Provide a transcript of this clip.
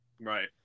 Right